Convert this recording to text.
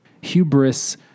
hubris